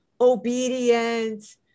obedient